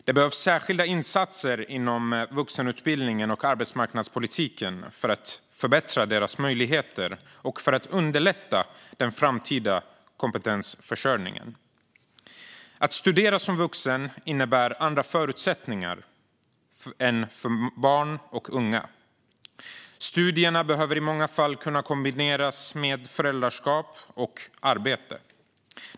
Det behövs särskilda insatser inom vuxenutbildningen och arbetsmarknadspolitiken för att förbättra deras möjligheter och för att underlätta den framtida kompetensförsörjningen. Att studera som vuxen innebär andra förutsättningar än för barn och unga. Studierna behöver i många fall kunna kombineras med föräldraskap och arbete.